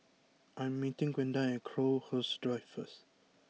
I am meeting Gwenda at Crowhurst Drive first